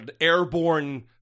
airborne